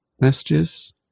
messages